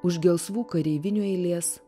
už gelsvų kareivinių eilės